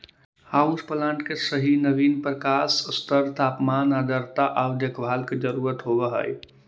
house plant के सही नवीन प्रकाश स्तर तापमान आर्द्रता आउ देखभाल के जरूरत होब हई